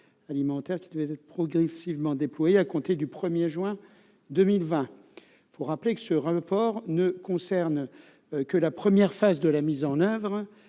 alimentaires qui devait être progressivement déployé à compter du 1 juin 2020. Le report ne concerne que la première phase de la mise en oeuvre,